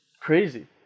crazy